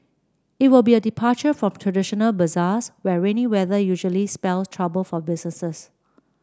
it will be a departure from traditional bazaars where rainy weather usually spells trouble for business